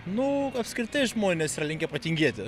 nu apskritai žmonės yra linkę patingėti